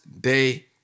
Day